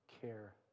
care